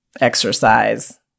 exercise